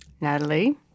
Natalie